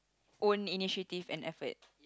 own initiative and effort